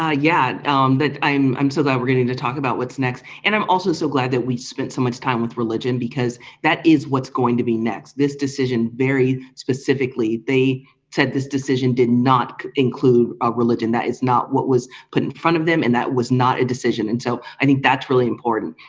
ah yeah that i'm i'm so that we're getting to talk about what's next and i'm also so glad that we spent so much time with religion because that is what's going to be next this decision very specifically they said this decision did not include ah religion. that is not what was put in front of them and that was not a decision. and so i think that's really important.